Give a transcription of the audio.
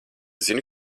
zini